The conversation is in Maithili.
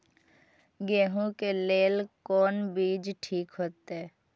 गेहूं के लेल कोन बीज ठीक होते?